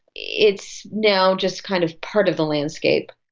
it's now just kind of part of the landscape.